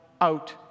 out